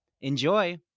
Enjoy